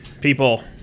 people